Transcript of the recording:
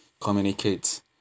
Communicate